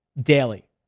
daily